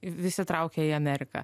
visi traukia į ameriką